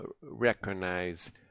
recognize